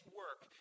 work